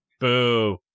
Boo